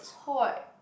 hot